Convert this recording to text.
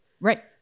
Right